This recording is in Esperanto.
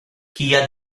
kia